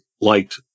liked